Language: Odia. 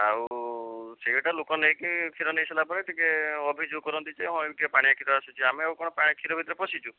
ଆଉ ସେଇଟା ଲୋକ ନେଇକି କ୍ଷୀର ନେଇ ସାରିଲା ପରେ ଟିକେ ଅଭିଯୋଗ କରନ୍ତି ଯେ ହଁ ଏମିତିକା ପାଣିଆ କ୍ଷୀର ଆସୁଛି ଆମେ ଆଉ କ'ଣ କ୍ଷୀର ଭିତରେ ପଶିଛୁ